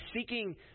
seeking